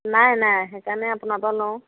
নাই নাই সেইকাৰণে আপোনাৰপৰা লওঁ